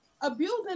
abusing